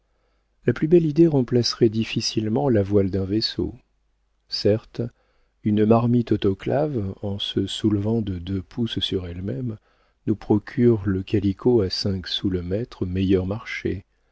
la plus belle idée remplacerait difficilement la voile d'un vaisseau certes une marmite autoclave en se soulevant de deux pouces sur elle-même nous procure le calicot à cinq sous le mètre meilleur marché